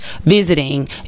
visiting